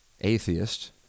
atheist